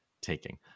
Taking